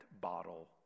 bottle